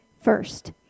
first